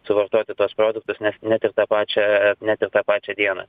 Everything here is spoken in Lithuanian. suvartoti tuos produktus nes net ir tą pačią net ir tą pačią dieną